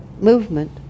movement